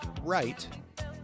right